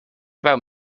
about